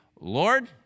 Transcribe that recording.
Lord